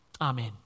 Amen